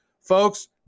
Folks